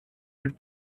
would